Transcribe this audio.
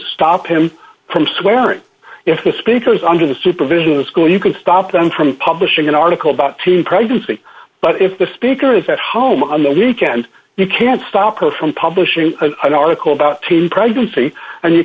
stop him from swearing if the speaker is under the supervision of the school you can stop them from publishing an article about teen pregnancy but if the speaker is at home on the weekend you can't stop her from publishing an article about teen pregnancy and you